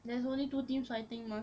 there's only two teams fighting mah